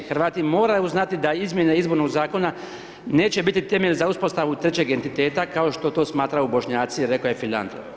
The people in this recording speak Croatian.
Hrvati moraju znati da izmjena Izbornog zakona neće biti temelj za uspostavu trećeg entiteta kao što to smatraju Bošnjaci rekao je Filandro.